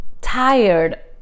tired